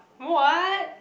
what